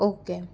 okay